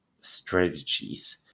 strategies